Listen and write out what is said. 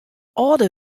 âlder